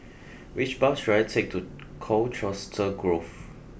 which bus should I take to Colchester Grove